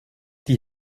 die